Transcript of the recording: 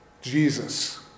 Jesus